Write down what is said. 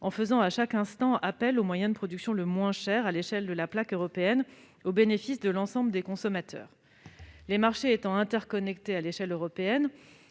en faisant appel à chaque instant au moyen de production le moins cher à l'échelle de la plaque européenne, au bénéfice de l'ensemble des consommateurs. Comme les marchés sont interconnectés à l'échelle européenne,